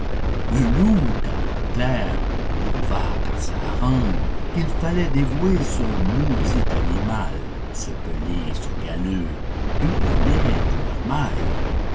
un loup quelque peu clerc prouva par sa harangue qu'il fallait dévouer ce maudit animal ce pelé ce galeux d'où venait tout leur mal